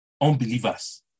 unbelievers